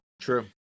true